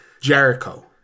jericho